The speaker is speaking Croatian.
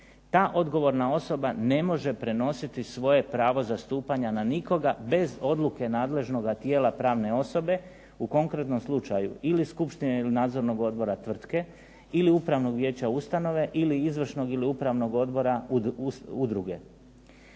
Ta odgovorna osoba ne može prenositi svoje pravo zastupanja na nikoga bez odluke nadležnoga tijela pravne osobe u konkretnom slučaju ili skupštine ili nadzornog odbora tvrtke ili upravnog vijeća ustanove ili izvršnog ili upravnog odbora udruge.